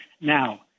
now